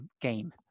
game